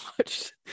watched